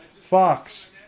Fox